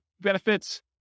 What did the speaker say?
benefits